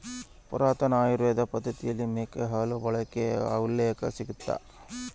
ಪುರಾತನ ಆಯುರ್ವೇದ ಪದ್ದತಿಯಲ್ಲಿ ಮೇಕೆ ಹಾಲು ಬಳಕೆಯ ಉಲ್ಲೇಖ ಸಿಗ್ತದ